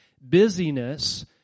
busyness